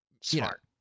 smart